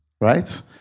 right